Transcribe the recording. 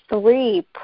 three